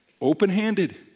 open-handed